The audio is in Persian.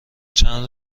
چند